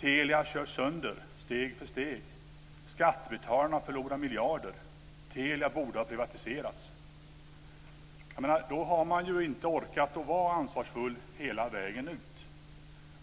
Telia körs sönder steg för steg; skattebetalarna förlorar miljarder; Telia borde ha privatiserats. Då har man inte orkat att vara ansvarsfull hela vägen ut.